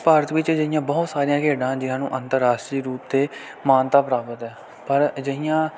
ਭਾਰਤ ਵਿੱਚ ਅਜਿਹੀਆਂ ਬਹੁਤ ਸਾਰੀਆਂ ਖੇਡਾਂ ਜਿਨ੍ਹਾਂ ਨੂੰ ਅੰਤਰਰਾਸ਼ਟਰੀ ਰੂਪ 'ਤੇ ਮਾਨਤਾ ਪ੍ਰਾਪਤ ਹੈ ਪਰ ਅਜਿਹੀਆਂ